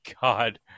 god